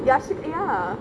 yashik~ ya